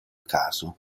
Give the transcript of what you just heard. caso